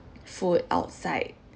food outside